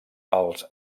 els